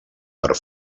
per